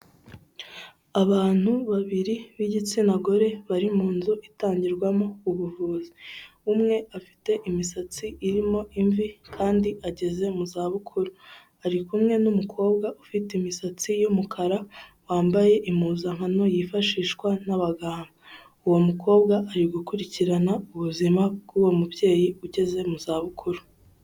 Abantu babiri b'igitsina gore bari mu nzu itangirwamo ubuvuzi umwe afite imisatsi irimo imvi kandi ageze mu zabukuru ari kumwe n'umukobwa ufite imisatsi y'umukara wambaye impuzankano yifashishwa n'abaganga, uwo mukobwa ari gukurikirana ubuzima bw'uwo mubyeyi ugeze mu zabukuru.